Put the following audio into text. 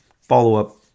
follow-up